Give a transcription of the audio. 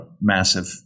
massive